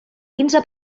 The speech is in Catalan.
quinze